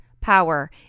power